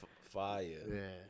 fire